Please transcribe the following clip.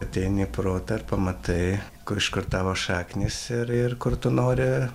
ateini į protą ir pamatai kur iš kur tavo šaknys ir ir kur tu nori